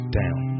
down